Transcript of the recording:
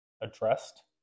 addressed